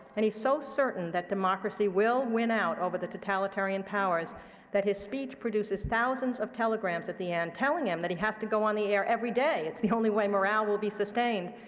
and he's so certain that democracy will win out over the totalitarian powers that his speech produces thousands of telegrams at the end, telling him that he has to go on the air every day. it's the only way morale will be sustained.